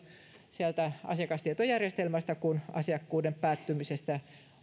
asiakastietojärjestelmästä kun asiakkuuden päättymisestä